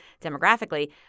demographically